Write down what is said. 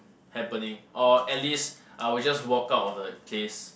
happening or at least I would just walk out of the place